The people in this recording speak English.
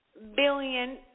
billion